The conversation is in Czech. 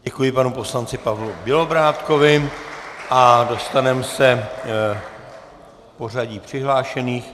Děkuji panu poslanci Pavlu Bělobrádkovi a dostaneme se k pořadí přihlášených.